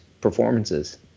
performances